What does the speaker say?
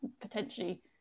potentially